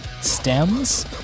stems